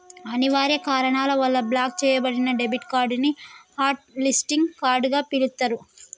అనివార్య కారణాల వల్ల బ్లాక్ చెయ్యబడిన డెబిట్ కార్డ్ ని హాట్ లిస్టింగ్ కార్డ్ గా పిలుత్తరు